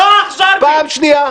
פעם שנייה.